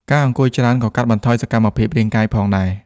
ការអង្គុយច្រើនក៏កាត់បន្ថយសកម្មភាពរាងកាយផងដែរ។